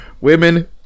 Women